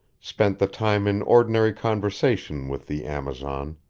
spent the time in ordinary conversation with the amazon,